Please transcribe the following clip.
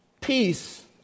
Peace